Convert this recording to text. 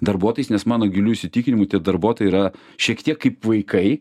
darbuotojais nes mano giliu įsitikinimu tie darbuotojai yra šiek tiek kaip vaikai